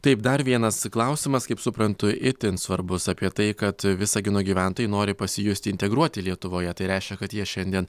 taip dar vienas klausimas kaip suprantu itin svarbus apie tai kad visagino gyventojai nori pasijusti integruoti lietuvoje tai reiškia kad jie šiandien